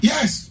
Yes